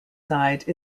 side